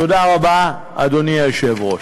תודה רבה, אדוני היושב-ראש.